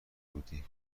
بودی